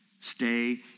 Stay